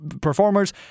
performers